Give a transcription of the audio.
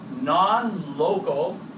non-local